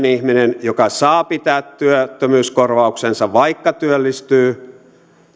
ihminen joka saa pitää työttömyyskorvauksensa vaikka työllistyy